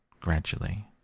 gradually